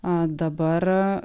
a dabar